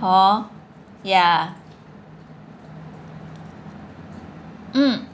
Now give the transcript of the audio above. hor ya mm